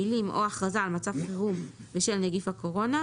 המילים "או הכרזה על מצב חירום בשל נגיף הקורונה"